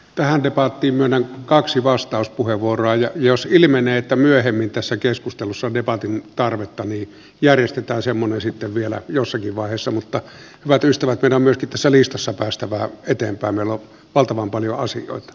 tähän debattiin myönnän kaksi vastauspuheenvuoroa ja jos ilmenee että myöhemmin tässä keskustelussa on debatin tarvetta niin järjestetään semmoinen sitten vielä jossakin vaiheessa mutta hyvät ystävät meidän on myöskin listassa päästävä eteenpäin meillä on valtavan paljon asioita